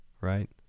right